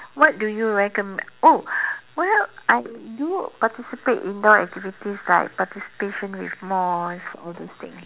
what do you recommend oh well I do participate in indoor activities like participation with mosque all those things